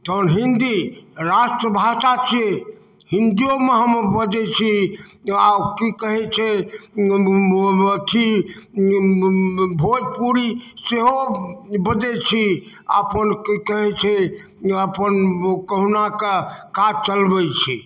हँ हिंदी राष्ट्रभाषा छी हिंदीओमे हम बजै छी आ की कहै छै अथी भोजपुरी सेहो बजै छी आ अपन की कहै छै अपन कहुनाके काज चलबै छै